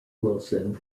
wilson